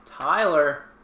Tyler